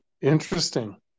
Interesting